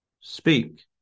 speak